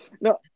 No